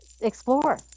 explore